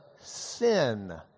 sin